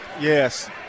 Yes